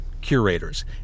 curators